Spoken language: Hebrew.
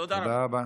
תודה רבה.